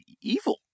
evil